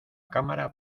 cámara